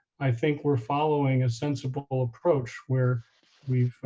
i think we're following a sensible approach where we'll